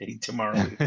tomorrow